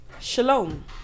Shalom